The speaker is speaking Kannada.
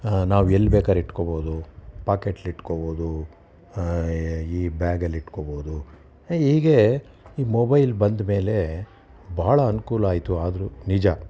ನಾವು ಎಲ್ಲಿ ಬೇಕಾರು ಇಟ್ಕೋಬೋದು ಪಾಕೇಟ್ಲಿಟ್ಕೋಬೋದು ಈ ಬ್ಯಾಗಲ್ಲಿ ಇಟ್ಕೋಬೋದು ಹೀಗೆ ಈ ಮೊಬೈಲ್ ಬಂದಮೇಲೆ ಬಹಳ ಅನುಕೂಲ ಆಯಿತು ಆದರೂ ನಿಜ